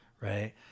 Right